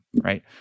right